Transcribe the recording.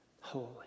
holy